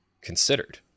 considered